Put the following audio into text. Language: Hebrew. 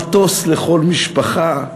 מטוס לכל משפחה,